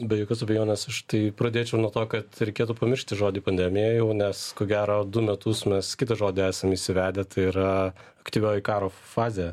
be jokios abejonės aš tai pradėčiau nuo to kad reikėtų pamiršti žodį pandemija jau nes ko gero du metus mes kitą žodį esam įsivedę tai yra aktyvioji karo fazė